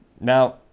Now